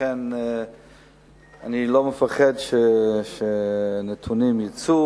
ולכן אני לא מפחד שנתונים יצאו